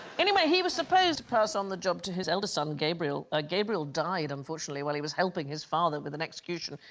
anyway, he was supposed to pass on the job to his eldest son gabriel ah gabriel died unfortunately while he was helping his father with an execution,